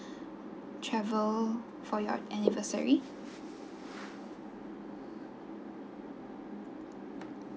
travel for your anniversary